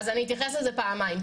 אני אתייחס לזה פעמיים.